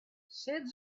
said